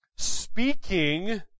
speaking